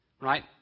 Right